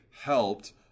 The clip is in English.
helped